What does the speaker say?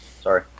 sorry